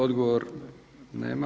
Odgovor nema.